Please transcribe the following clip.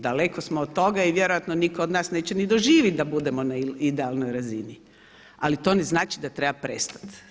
Daleko smo od toga i vjerojatno nitko od nas neće ni doživjeti da budemo na idealnoj razini ali to ne znači da treba prestati.